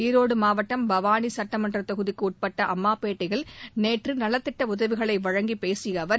ஈரோடு மாவட்டம் பவானி சட்டமன்ற தொகுதிக்கு உட்பட்ட அம்மாபேட்டையில் நேற்று நலத்திட்ட உதவிகளை வழங்கிப் பேசிய அவர்